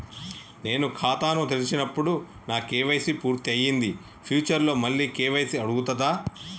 నేను ఖాతాను తెరిచినప్పుడు నా కే.వై.సీ పూర్తి అయ్యింది ఫ్యూచర్ లో మళ్ళీ కే.వై.సీ అడుగుతదా?